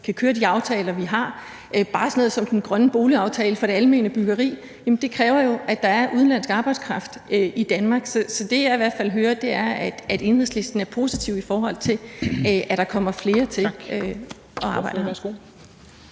kan køre de aftaler, vi har – bare sådan noget som den grønne boligaftale for det almene byggeri – kræver det jo, at der er udenlandsk arbejdskraft i Danmark. Så det, jeg i hvert fald hører, er, at Enhedslisten er positive over for, at der kommer flere til at arbejde her.